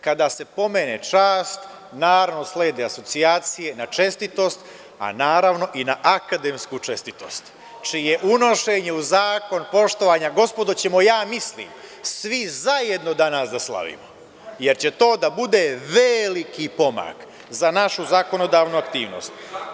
Kada se pomene čast, naravno, slede asocijacije na čestitost, a naravno i na akademsku čestitost, čije unošenje u zakon, poštovana gospodo, ćemo svi zajedno danas da slavimo, jer će to da bude veliki pomak za našu zakonodavnu aktivnost.